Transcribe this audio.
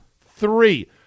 Three